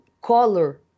color